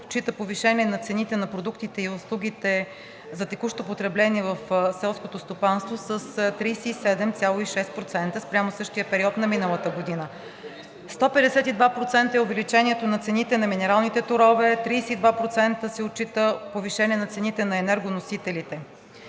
отчита повишение на цените на продуктите и на услугите за текущо потребление в селското стопанство с 37,6% спрямо същия период на миналата година. 152% е увеличението на цените на минералните торове, 32% се отчита повишение на цените на енергоносителите.